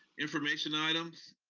information items,